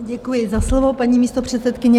Děkuji za slovo, paní místopředsedkyně.